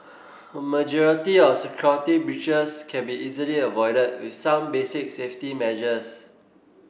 a majority of security breaches can be easily avoided with some basic safety measures